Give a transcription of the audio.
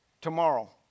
Tomorrow